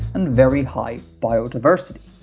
and very high biodiversity.